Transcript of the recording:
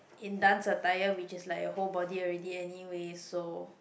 in dance attire which is like a whole body already anyway so